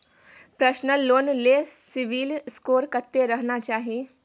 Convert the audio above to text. Personal loan ले CIBIL score कत्ते रहना चाही?